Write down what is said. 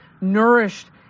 nourished